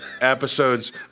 episodes